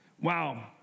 Wow